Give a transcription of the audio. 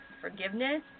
forgiveness